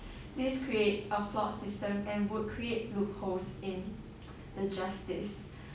this creates a flawed system and would create loopholes in the justice